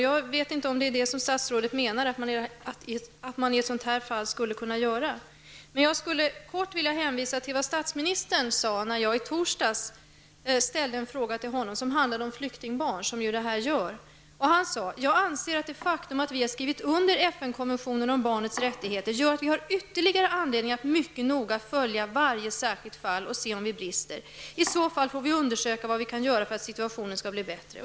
Jag vet inte om statsrådet menar att man i det här fallet skall göra det. Jag skulle kort vilja hänvisa till vad statsministern sade i torsdags när jag ställde en fråga till honom som handlade om flyktingbarn, liksom den här frågan handlar om. Han sade: ''Jag anser att det faktum att vi har skrivit under FN-konventionen om barnens rättigheter gör att vi har ytterligare anledning att mycket noga följa varje särskilt fall och se om vi brister. I så fall får vi undersöka vad vi kan göra för att situationen skall bli bättre.''